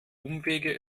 umwege